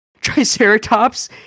Triceratops